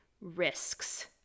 risks